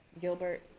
Gilbert